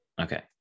Okay